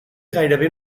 gairebé